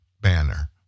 Banner